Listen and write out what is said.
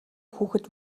хүүхэд